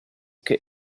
che